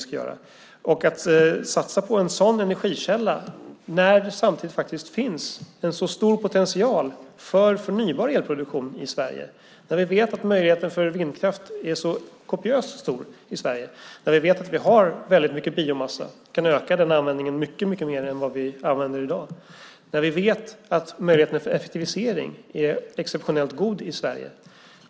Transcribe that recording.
Varför satsa på en sådan energikälla när det finns en sådan stor potential för förnybar elproduktion i Sverige? Vi vet att möjligheten för vindkraft är kopiöst stor i Sverige. Vi vet att vi har mycket biomassa och kan öka den användningen avsevärt. Vi vet att möjligheterna för effektivisering är exceptionellt goda i Sverige.